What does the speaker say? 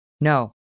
No